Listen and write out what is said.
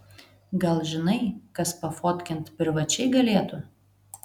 gal žinai kas pafotkint privačiai galėtų